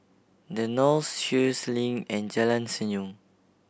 The Knolls Sheares Link and Jalan Senyum